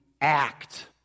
act